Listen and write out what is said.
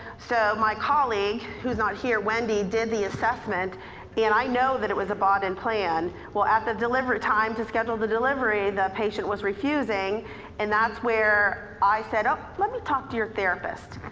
so my colleague, who's not here, wendy, did the assessment and i know that it was a bought-in plan. well, at the delivery time to schedule the delivery the patient was refusing and that's where i said, oh, let me talk to your therapist.